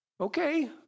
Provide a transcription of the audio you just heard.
Okay